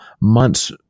months